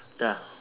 ya